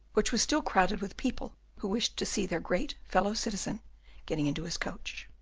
which was still crowded with people who wished to see their great fellow citizen getting into his coach.